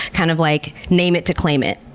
kind of like name it to claim it.